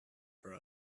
for